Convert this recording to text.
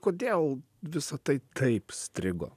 kodėl visa tai taip strigo